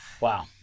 Wow